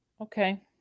Okay